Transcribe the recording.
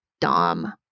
Dom